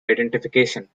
identification